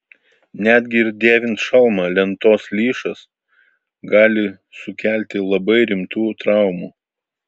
netgi ir dėvint šalmą lentos lyšas gali sukelti labai rimtų traumų